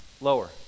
Lower